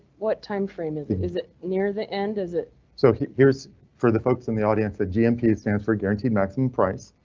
what time frame is it is it near the end? is it so? here's for the folks in the audience. the gmp stands for guaranteed maximum price.